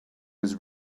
his